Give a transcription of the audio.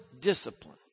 discipline